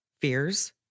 fears